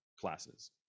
classes